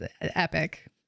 Epic